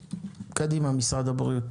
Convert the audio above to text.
משרד הבריאות